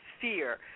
fear